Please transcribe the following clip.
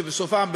שבסופן,